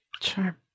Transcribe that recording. Sure